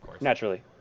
naturally